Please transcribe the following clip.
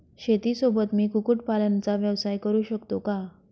शेतीसोबत मी कुक्कुटपालनाचा व्यवसाय करु शकतो का?